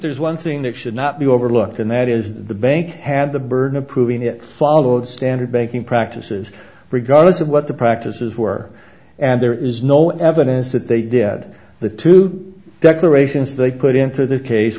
there is one thing that should not be overlooked and that is that the bank had the burden of proving it followed standard banking practices regardless of what the practices were and there is no evidence that they did the two declarations they put into the case